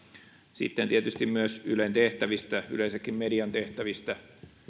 sitten tietysti myös ylen tehtävistä ja yleensäkin median tehtävistä